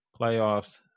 playoffs